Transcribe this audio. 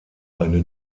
eine